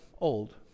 old